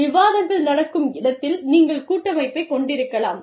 விவாதங்கள் நடக்கும் இடத்தில் நீங்கள் கூட்டமைப்பைக் கொண்டிருக்கலாம்